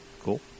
Cool